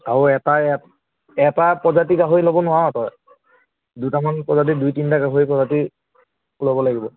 আৰু এটা এটা প্ৰজাতি গাহৰি ল'ব নোৱাৰ তই দুটামান প্ৰজাতি দুই তিনিটা গাহৰি প্ৰজাতি ল'ব লাগিব